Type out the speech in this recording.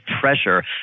pressure